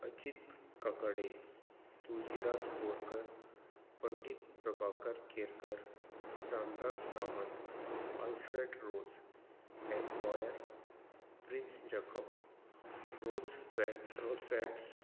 अजीत कडकडे तुळशीदास बोरकर पंडीत प्रभाकर कारेकर रामदास कामत आल्फ्रेड रोज एम बॉयर प्रिंस जॅकोब रोज फॅ रोज फॅट्स